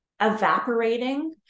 evaporating